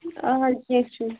اَہَن حظ کیٚنٛہہ چھُنہٕ